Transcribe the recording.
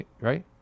right